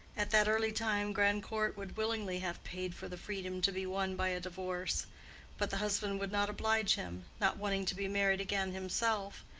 at that early time grandcourt would willingly have paid for the freedom to be won by a divorce but the husband would not oblige him, not wanting to be married again himself,